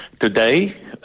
Today